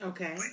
Okay